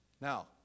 Now